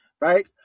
right